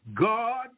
God